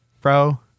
bro